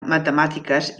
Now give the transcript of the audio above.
matemàtiques